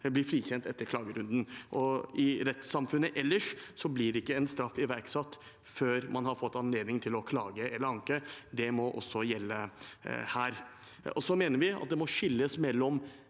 blir frikjent etter klagerunden. I rettssamfunnet ellers blir ikke en straff iverksatt før man har fått anledning til å klage eller anke. Det må også gjelde her. Vi mener også at det må skilles mellom